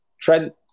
Trent